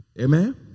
Amen